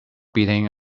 beating